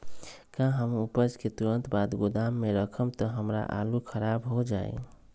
का हम उपज के तुरंत बाद गोदाम में रखम त हमार आलू खराब हो जाइ?